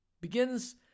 begins